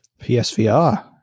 PSVR